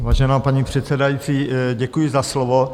Vážená paní předsedající, děkuji za slovo.